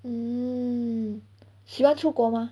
mm 喜欢出国吗